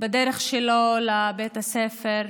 בדרך שלו לבית הספר,